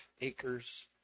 acres